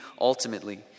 ultimately